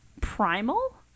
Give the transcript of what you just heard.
primal